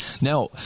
Now